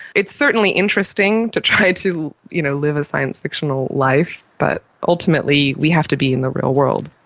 it's certainly interesting to try to you know live a science fictional life, but ultimately we have to be in the real world,